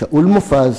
שאול מופז,